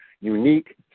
unique